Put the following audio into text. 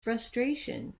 frustration